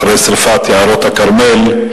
אחרי שרפת יערות הכרמל.